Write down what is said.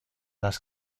las